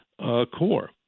core